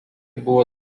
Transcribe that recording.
buvo